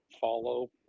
follow